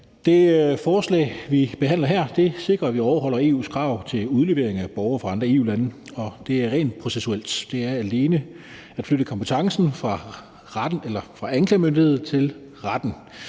Det forslag, vi behandler her, sikrer, at vi overholder EU's krav til udlevering af borgere fra andre EU-lande. Det er et rent processuelt forslag, som alene vedrører at flytte kompetencen fra anklagemyndigheden til retten.